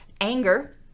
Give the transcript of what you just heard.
anger